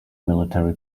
military